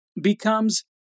becomes